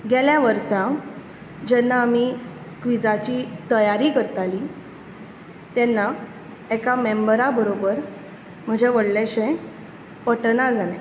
गेल्या वर्सां जेन्ना आमी क्विंझाची तयारी करतालीं तेन्ना एका मेंबरा बरोबर म्हजें व्हडलेशें पटना जालें